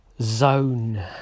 zone